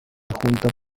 junta